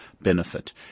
benefit